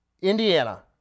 indiana